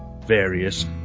various